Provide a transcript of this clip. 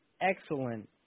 excellent